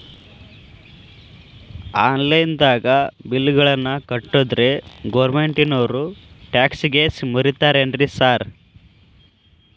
Online ದಾಗ bill ಗಳನ್ನಾ ಕಟ್ಟದ್ರೆ ಗೋರ್ಮೆಂಟಿನೋರ್ ಟ್ಯಾಕ್ಸ್ ಗೇಸ್ ಮುರೇತಾರೆನ್ರಿ ಸಾರ್?